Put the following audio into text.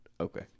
Okay